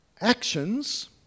actions